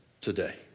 today